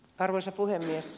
arvoisa puhemies